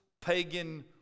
pagan